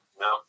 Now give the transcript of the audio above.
No